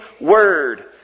word